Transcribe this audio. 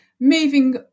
moving